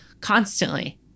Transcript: constantly